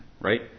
right